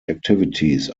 activities